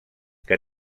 que